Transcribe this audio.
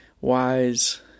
wise